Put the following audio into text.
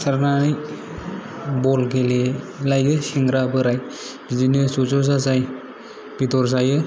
सिथारनानै बल गेलेलाइयो सेंग्रा बोराइ बिदिनो ज' ज' जाजाय बेदर जायो